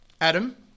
Adam